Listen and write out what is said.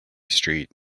street